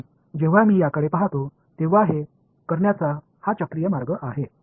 म्हणून जेव्हा मी याकडे पहातो तेव्हा हे करण्याचा हा चक्रीय मार्ग आहे